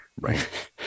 Right